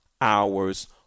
hours